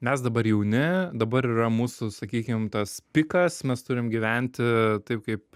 mes dabar jauni dabar yra mūsų sakykim tas pikas mes turim gyventi taip kaip